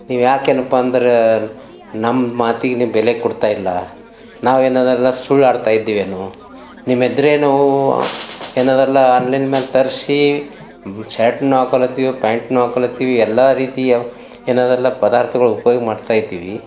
ನೀವು ಯಾಕೆ ಏನಪ್ಪ ಅಂದ್ರೆ ನಮ್ಮ ಮಾತಿಗೆ ನೀವು ಬೆಲೆ ಕೊಡ್ತಾಯಿಲ್ಲ ನಾವು ಏನು ಅದಲ್ಲ ಸುಳ್ಳು ಆಡ್ತಾಯಿದ್ದೇವೇನೋ ನಿಮ್ಮ ಎದುರೆ ನಾವು ಏನದೆಲ್ಲ ಆನ್ಲೈನ್ ಮ್ಯಾಲ ತರಿಸಿ ಶರ್ಟ್ನೂ ಹಾಕೊಳ್ಳತ್ತೀವಿ ಪ್ಯಾಂಟ್ನೂ ಹಾಕೊಳ್ಳತ್ತೀವಿ ಎಲ್ಲ ರೀತಿಯ ಏನದಲ್ಲ ಪದಾರ್ಥಗಳು ಉಪಯೋಗ ಮಾಡ್ತಾಯಿದ್ದೀವಿ